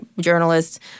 journalists